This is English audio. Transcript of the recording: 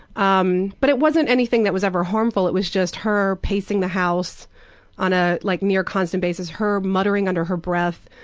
um but it wasn't anything that was ever harmful, it was just her pacing the house on a like near-constant basis, her muttering under her breath,